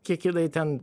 kiek jinai ten